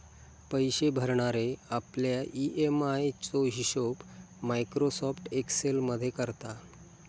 पैशे भरणारे आपल्या ई.एम.आय चो हिशोब मायक्रोसॉफ्ट एक्सेल मध्ये करता